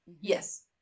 Yes